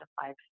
five